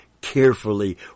carefully